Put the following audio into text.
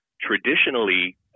Traditionally